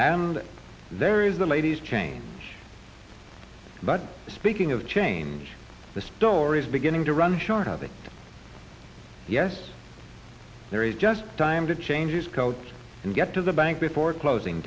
and there is the lady's chain but speaking of change the story is beginning to run short of a yes there is just time to change his coat and get to the bank before closing